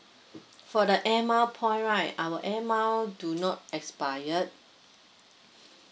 for the air mile point right our air mile do not expired